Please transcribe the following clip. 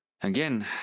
again